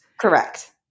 Correct